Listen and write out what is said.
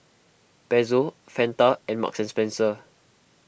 Pezzo Fanta and Marks and Spencer